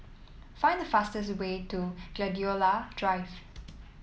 find the fastest way to Gladiola Drive